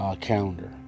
calendar